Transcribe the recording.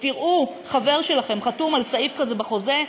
וכשתראו חבר שלכם חתום על סעיף כזה בחוזה,